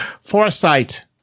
Foresight